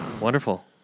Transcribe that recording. Wonderful